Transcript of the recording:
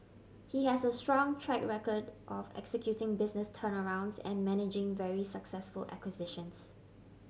he has a strong track record of executing business turnarounds and managing very successful acquisitions